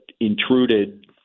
intruded